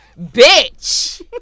bitch